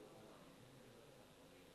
חבר הכנסת בן-ארי.